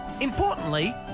Importantly